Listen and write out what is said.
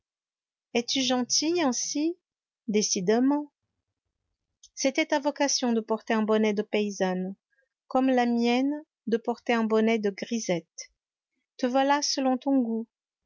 es-tu gentille ainsi décidément c'était ta vocation de porter un bonnet de paysanne comme la mienne de porter un bonnet de grisette te voilà selon ton goût